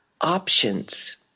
options